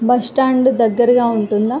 bus stand దగ్గరగా ఉంటుందా